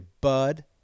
Bud